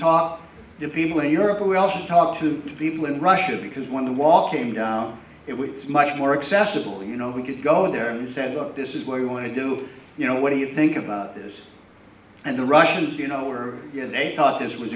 talked to people in europe and we also talked to people in russia because when the wall came down it was much more accessible you know we could go there and said look this is where we want to do you know what do you think about this and the russians you know are thought this was